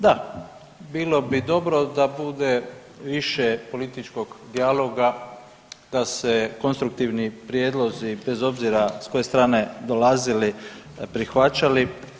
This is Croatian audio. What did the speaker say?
Da, bilo bi dobro da bude više političkog dijaloga da se konstruktivni prijedlozi bez obzira s koje strane dolazili prihvaćali.